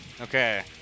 Okay